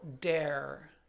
dare